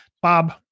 Bob